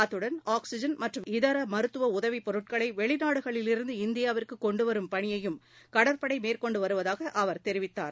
அத்துடன் ஆக்சிஜன் மற்றும் இதர மருத்துவ உதவி பொருட்களை வெளிநாடுகளிலிருந்து இந்தியாவிற்கு கொண்டுவரும் பணியையும் கடற்படை மேற்கொண்டு வருவதாக அவர் தெரிவித்தார்